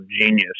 genius